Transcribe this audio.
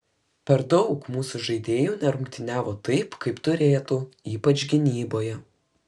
per daug mūsų žaidėjų nerungtyniavo taip kaip turėtų ypač gynyboje